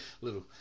Little